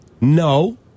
No